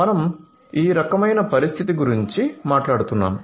మేము ఈ రకమైన పరిస్థితి గురించి మాట్లాడుతున్నాము